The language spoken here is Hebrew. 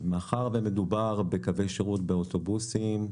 מאחר שמדובר בקווי שירות באוטובוסים,